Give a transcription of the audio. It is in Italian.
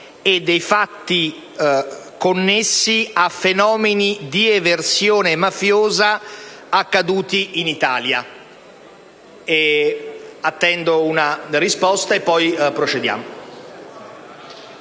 e dei fatti connessi a fenomeni di eversione mafiosa accaduti in Italia». Attendo di sapere se i presentatori